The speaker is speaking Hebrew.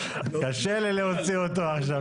רק שתדע, אם אתה מוציא אותו, אני הולך איתו.